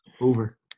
Over